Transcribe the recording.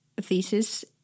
thesis